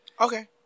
Okay